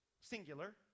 singular